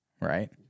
right